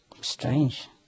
Strange